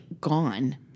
gone